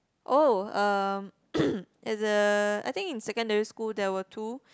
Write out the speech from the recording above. oh um there's a I think in secondary school there were two